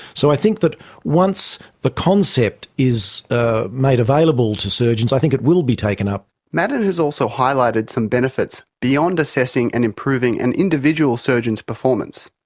so i think that once the concept is ah made available to surgeons, i think it will be taken up. maddern has also highlighted highlighted some benefits beyond assessing and improving an individual surgeon's performance.